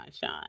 Sean